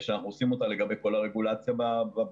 שאנחנו עושים אותה היום לגבי כל הרגולציה במשרדים.